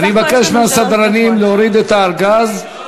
אני מבקש מהסדרנים להוריד את הארגז.